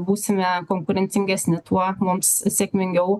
būsime konkurencingesni tuo mums sėkmingiau